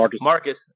Marcus